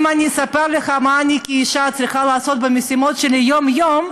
אם אני אספר לך מה אני כאישה צריכה לעשות במשימות שלי יום-יום,